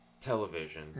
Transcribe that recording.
Television